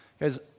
Guys